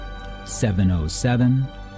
707